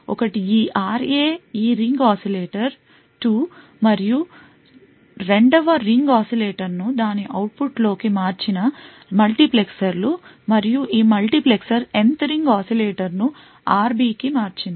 ఒకటి ఈ RA ఈ రింగ్ oscillator 2 మరియు 2 వ రింగ్ oscillator ను దాని అవుట్పుట్లోకి మార్చిన మల్టీప్లెక్సర్లు మరియు ఈ మల్టీప్లెక్సర్ Nth రింగ్ oscillator ను RB కి మార్చింది